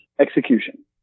execution